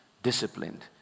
Disciplined